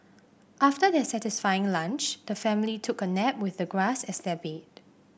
after their satisfying lunch the family took a nap with the grass as their bed